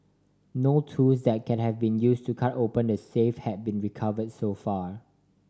no tools that can have been use to cut open the safe have been recover so far